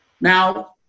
now